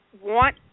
want